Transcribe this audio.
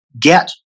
get